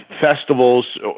festivals